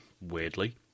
Weirdly